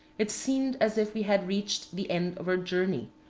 it seemed as if we had reached the end of our journey,